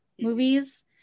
movies